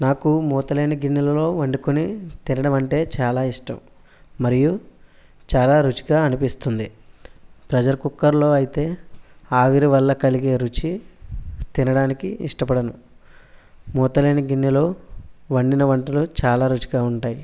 నాకు మూత లేని గిన్నెలలో వండుకొని తినడం అంటే చాలా ఇష్టం మరియు చాలా రుచిగా అనిపిస్తుంది ప్రెజర్ కుక్కర్లో అయితే ఆవిరి వల్ల కలిగే రుచి తినడానికి ఇష్టపడను మూతలేని గిన్నెలో వండిన వంటలు చాలా రుచిగా ఉంటాయి